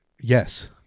Yes